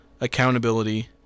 Accountability